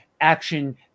action